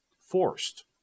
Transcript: forced